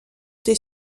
des